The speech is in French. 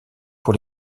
pour